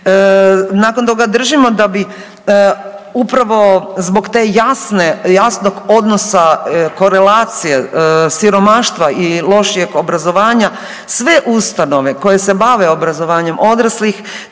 Nakon toga držimo da bi upravo zbog te jasne, jasnog odnosa korelacije siromaštva i lošijeg obrazovanja sve ustanove koje se bave obrazovanjem odraslih